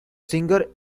singer